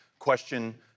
Question